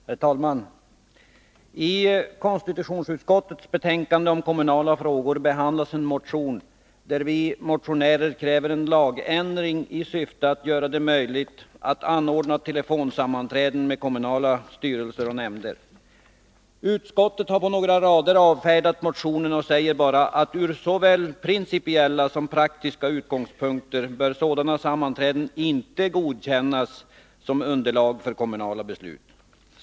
Herr talman! I konstitutionsutskottets betänkande om kommunala frågor behandlas en motion, där vi motionärer kräver en lagändring i syfte att göra det möjligt att anordna telefonsammanträden med kommunala styrelser och nämnder. Utskottet har på några rader avfärdat motionen och säger bara att ur såväl principiella som praktiska utgångspunkter bör sådana sammanträden inte godkännas som underlag för kommunala beslut.